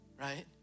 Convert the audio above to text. right